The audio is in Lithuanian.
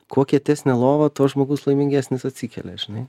kuo kietesnė lova tuo žmogus laimingesnis atsikelia žinai